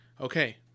okay